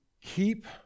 keep